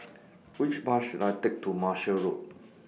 Which Bus should I Take to Martia Road